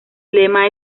lema